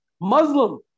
Muslim